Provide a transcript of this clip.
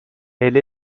elle